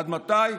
עד מתי?